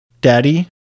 Daddy